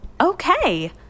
Okay